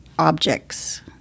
Objects